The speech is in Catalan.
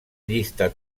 llista